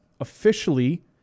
officially